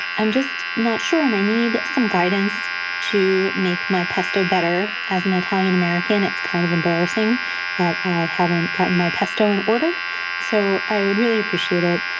i'm just not sure, and i need just some guidance to make my pesto better. as an italian-american, it's kind of embarrassing that i haven't gotten my pesto in order so, i would really appreciate it.